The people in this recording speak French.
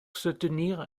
soutenir